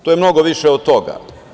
To je mnogo više od toga.